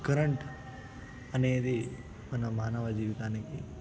current అనేది మన మానవ జీవితానికి